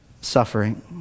suffering